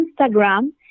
Instagram